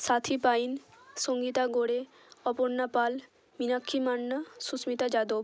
Sathi Pain Sangita Gore Aparna Pal Meenakshi Manna Susmita Yadav